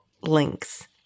links